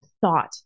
thought